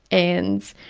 and